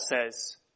says